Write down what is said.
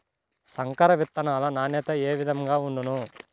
సంకర విత్తనాల నాణ్యత ఏ విధముగా ఉండును?